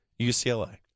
UCLA